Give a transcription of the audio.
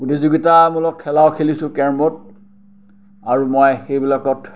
প্ৰতিযোগিতামূলক খেলাও খেলিছোঁ কেৰমত আৰু মই সেইবিলাকত